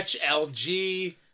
LG